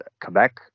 Quebec